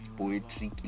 poetry